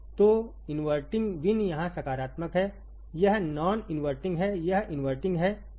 तो इनवर्टिंगVinयहां सकारात्मक हैयह नॉन इनवर्टिंग है यह इनवर्टिंग हैइसका मतलब है 2 1 पर है